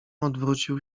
odwrócił